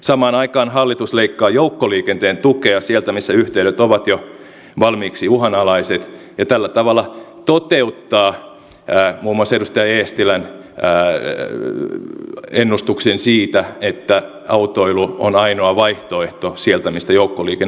samaan aikaan hallitus leikkaa joukkoliikenteen tukea sieltä missä yhteydet ovat jo valmiiksi uhanalaiset ja tällä tavalla toteuttaa muun muassa edustaja eestilän ennustuksen siitä että autoilu on ainoa vaihtoehto siellä mistä joukkoliikenne loppuu